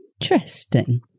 Interesting